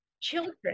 children